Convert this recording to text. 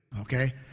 okay